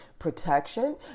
protection